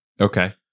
Okay